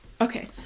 Okay